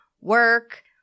work